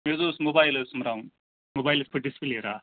مےٚ حظ اوس موبایِل حظ ترٛاوُن موبایلَس فُٹ ڈِسپٕلے راتھ